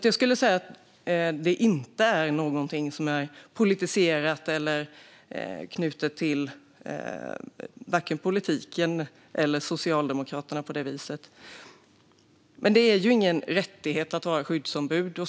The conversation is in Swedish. Jag skulle säga att detta inte är något som är politiserat. Det är inte knutet till vare sig politiken eller Socialdemokraterna på det viset. Däremot är det ingen rättighet att vara skyddsombud.